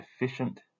efficient